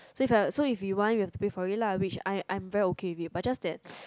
so if like so if you want you have to pay for it lah which I I am very okay of it but just